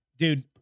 Dude